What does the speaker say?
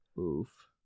Oof